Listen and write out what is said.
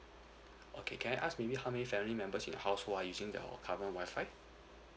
okay can I ask maybe how many family members in your household are using your current Wi-Fi